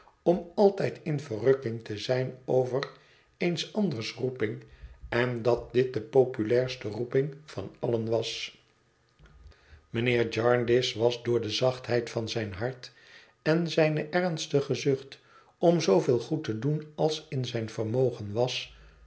om altijd in verrukking te zijn over eens anders roeping en dat dit de populairste roeping van allen was mijnheer jarndyce was door de zachtheid van zijn hart en zijne ernstige zucht om zooveel goed te doen als in zijn vermogen was